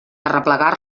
arreplegar